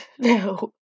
No